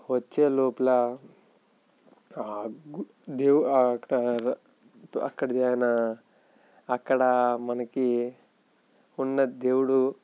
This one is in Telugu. వచ్చేలోపల దే అక్కడ అక్కడ మనకి ఉన్న దేవుడు